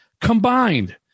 combined